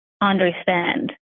understand